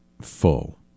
full